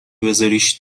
بزاریش